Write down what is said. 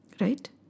Right